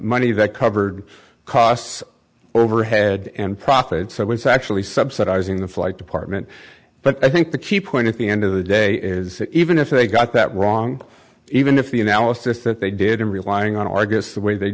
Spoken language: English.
money that covered costs overhead and profit so it's actually subsidizing the flight department but i think the key point at the end of the day is even if they got that wrong even if the analysis that they did and relying on argus the way they